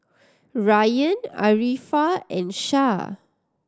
Rayyan Arifa and Shah